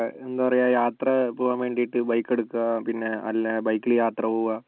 എന്താ പറയാ യാത്ര പോകാൻ വേണ്ടിട്ട് ബൈക്ക് എടുക്കുക പിന്നെ നല്ല ബൈക്കിൽ യാത്ര പോവുക